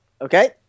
Okay